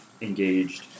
engaged